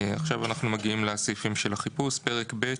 עכשיו אנחנו מגיעים לסעיפים של החיפוש: פרק ב':